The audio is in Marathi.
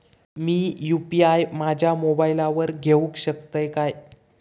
मी यू.पी.आय माझ्या मोबाईलावर घेवक शकतय काय?